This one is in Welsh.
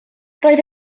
roedd